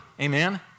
amen